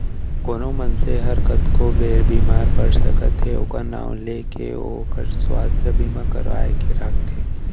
कोनो मनसे हर कतको बेर बीमार पड़ सकत हे ओकर नांव ले के ओहर सुवास्थ बीमा करवा के राखथे